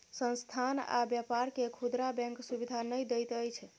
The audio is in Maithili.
संस्थान आ व्यापार के खुदरा बैंक सुविधा नै दैत अछि